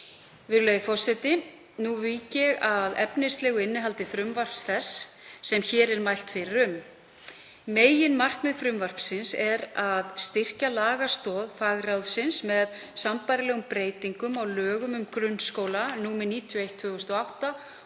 að leiðarljósi. Nú vík ég að efnislegu innihaldi frumvarps þess sem hér er mælt fyrir. Meginmarkmið frumvarpsins er að styrkja lagastoð fagráðsins með sambærilegum breytingum á lögum um grunnskóla, nr. 91/2008, og